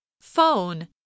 Phone